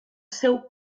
seu